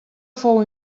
fou